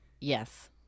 Yes